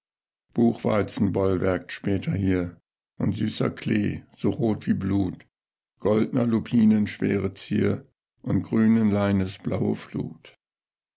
buchweizen bollwerkt später hier und süßer klee so rot wie blut goldner lupinen schwere zier und grünen leines blaue flut